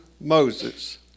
Moses